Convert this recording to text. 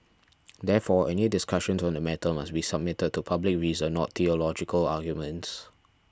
therefore any discussions on the matter must be submitted to public reason not theological arguments